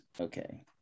Okay